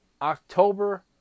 October